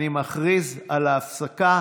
אני מכריז על הפסקה.